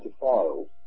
files